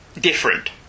Different